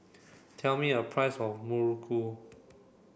tell me a price of Muruku